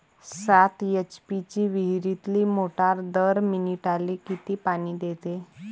सात एच.पी ची विहिरीतली मोटार दर मिनटाले किती पानी देते?